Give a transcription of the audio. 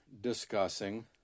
discussing